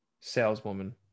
saleswoman